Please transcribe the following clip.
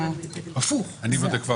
אני בודק.